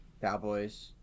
Cowboys